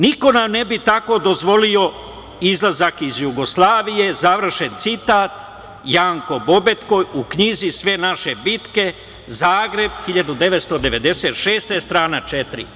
Niko nam ne bi tako dozvolio izlazak iz Jugoslavije“, završen citat, Janko Bobetko u knjizi „Sve naše bitke“, Zagreb 1996, strana četiri.